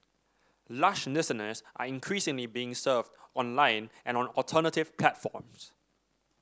lush listeners are increasingly being served online and on alternative platforms